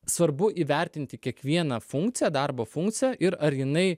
svarbu įvertinti kiekvieną funkciją darbo funkciją ir ar jinai